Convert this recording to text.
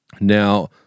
Now